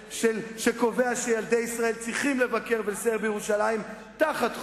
שקובע שילדי ישראל צריכים לבקר ולסייר בירושלים תחת חוק.